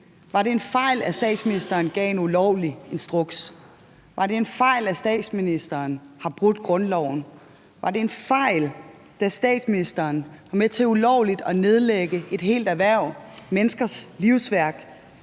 Var det en fejl, at statsministeren gav en ulovlig instruks? Var det en fejl, at statsministeren brød grundloven? Var det en fejl, at statsministeren var med til ulovligt at nedlægge ikke bare helt erhverv, men menneskers livsværk?